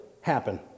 happen